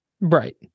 Right